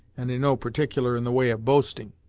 and in no particular, in the way of boasting.